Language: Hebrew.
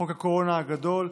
חוק הקורונה הגדול,